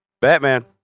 Batman